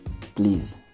Please